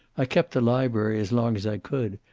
i kept the library as long as i could.